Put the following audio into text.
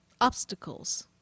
obstacles